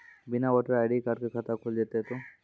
बिना voter ID card के खाता खुल जैते तो?